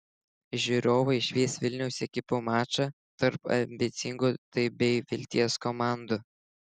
žiūrovai išvys vilniaus ekipų mačą tarp ambicingų taip bei vilties komandų